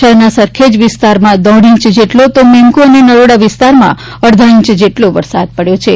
શહેરના સરખેજ વિસ્તારમાં દોઢ ઇંચ જેટલો તો મેમ્કો અને નરોડા વિસ્તારમાં અડધા ઇંચ જેટલો વરસાદ પડ્યો છે